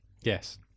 Yes